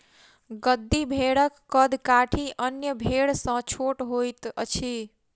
गद्दी भेड़क कद काठी अन्य भेड़ सॅ छोट होइत अछि